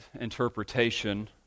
interpretation